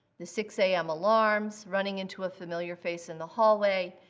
the six am alarms, running into a familiar face in the hallway,